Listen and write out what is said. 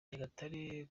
nyagatare